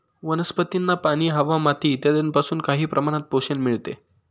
वनस्पतींना पाणी, हवा, माती इत्यादींपासून काही प्रमाणात पोषण मिळते